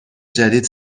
جدید